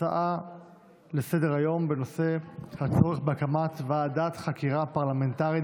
הצעה לסדר-היום בנושא הצורך בהקמת ועדת חקירה פרלמנטרית